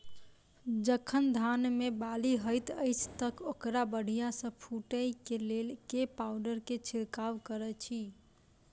जखन धान मे बाली हएत अछि तऽ ओकरा बढ़िया सँ फूटै केँ लेल केँ पावडर केँ छिरकाव करऽ छी?